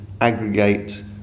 aggregate